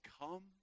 come